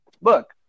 look